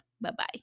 bye-bye